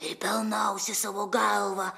ir pelnausi savo galva